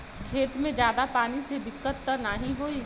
खेत में ज्यादा पानी से दिक्कत त नाही होई?